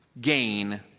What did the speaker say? gain